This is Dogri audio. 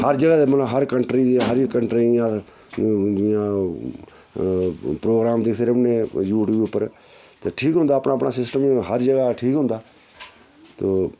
हर जगह् मतलब हर कंट्री हर इक कंट्री दे जियां ओह् प्रोग्राम दिखदे रौह्ने यू ट्यूब उप्पर ते ठीक होंदा अपना अपना सिस्टम हून हर जगह् ठीक होंदा ते